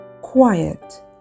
Quiet